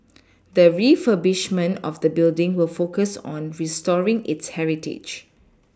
the refurbishment of the building will focus on restoring its heritage